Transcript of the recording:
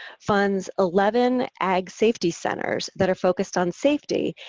funds eleven ag safety centers that are focused on safety.